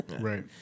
Right